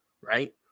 right